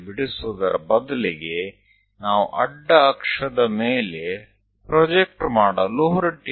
દોરવા કરતા આ લીટીને છોડી દો આપણે આ એક લીટીને આડી અક્ષ પર છેલ્લે સુધી પ્રક્ષેપણ કરીશું